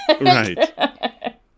Right